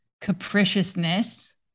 capriciousness